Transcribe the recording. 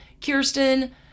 Kirsten